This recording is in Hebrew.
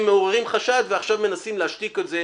מעוררים חשד ועכשיו מנסים להשתיק את זה,